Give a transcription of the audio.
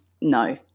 no